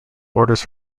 orders